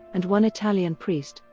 and one italian priest,